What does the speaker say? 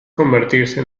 convertirse